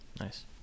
Nice